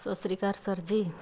ਸਤਿ ਸ਼੍ਰੀ ਅਕਾਲ ਸਰ ਜੀ